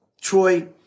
Troy